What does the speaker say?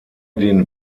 den